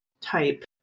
type